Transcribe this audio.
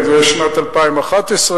זה הנתון המדויק.